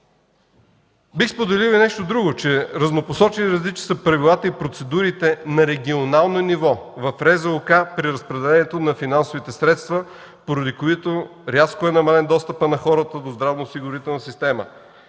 Бих споделил и нещо друго, че разнопосочни и различни са правилата и процедурите на регионално ниво в РЗОК при разпределението на финансовите средства, поради което рязко е намален достъпът на хората до здравноосигурителната система.